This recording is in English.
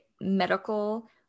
medical